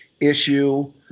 issue